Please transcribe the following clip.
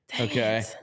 Okay